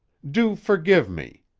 do forgive me.